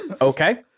Okay